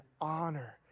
honor